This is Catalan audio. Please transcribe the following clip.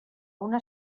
una